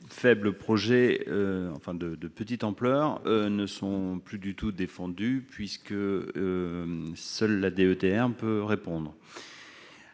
faible ampleur des petites communes ne sont plus du tout défendus, puisque seule la DETR peut y répondre.